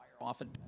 often